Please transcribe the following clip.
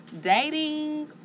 Dating